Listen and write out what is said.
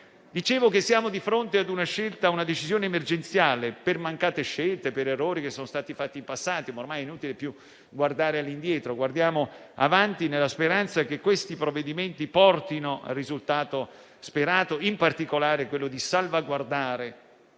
definitiva. Siamo di fronte a una scelta emergenziale, per mancate scelte o per errori che sono stati fatti in passato. Ormai, però, è inutile guardare all'indietro; guardiamo in avanti, nella speranza che questi provvedimenti portino al risultato sperato, in particolare quello di salvaguardare